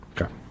Okay